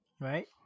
right